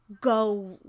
Go